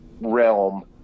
realm